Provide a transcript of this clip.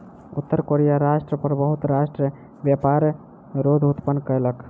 उत्तर कोरिया राष्ट्र पर बहुत राष्ट्र व्यापार रोध उत्पन्न कयलक